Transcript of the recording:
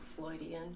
Floydian